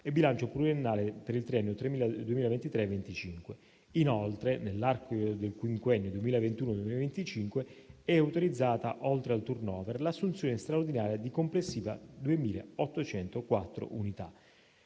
e bilancio pluriennale per il triennio 2023-2025. Inoltre, nell'arco del quinquennio 2021-2025, è autorizzata, oltre al *turnover*, l'assunzione straordinaria di complessive 2.804 unità.